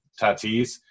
Tatis